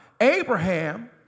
Abraham